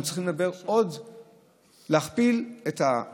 אנחנו צריכים להכפיל את מספר האוטובוסים.